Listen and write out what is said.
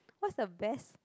what's the best